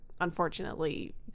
unfortunately